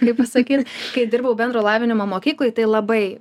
kaip pasakyt kai dirbau bendro lavinimo mokykloj tai labai